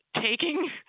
taking